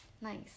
Nice